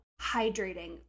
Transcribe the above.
hydrating